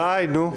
די, נו.